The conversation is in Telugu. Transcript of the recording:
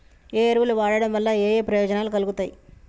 ఏ ఎరువులు వాడటం వల్ల ఏయే ప్రయోజనాలు కలుగుతయి?